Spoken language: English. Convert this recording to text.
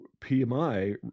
PMI